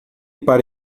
para